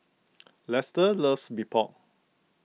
Lester loves Mee Pok